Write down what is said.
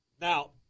Now